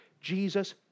Jesus